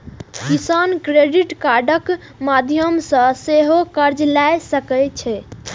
किसान क्रेडिट कार्डक माध्यम सं सेहो कर्ज लए सकै छै